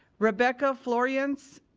rebekah floryance,